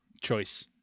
choice